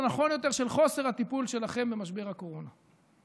או נכון יותר של חוסר הטיפול שלכם במשבר הקורונה.